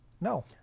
No